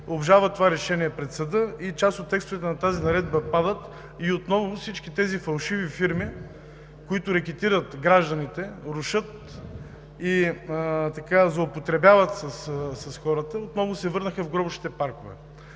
обжалват това решение пред съда и част от текстовете на тази наредба падат, и отново всички тези фалшиви фирми, които рекетират гражданите, рушат и злоупотребяват с хората, отново се върнаха в гробищните паркове.